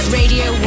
radio